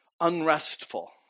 unrestful